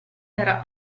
era